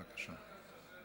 בבקשה.